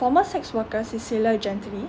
former sex worker